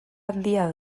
handia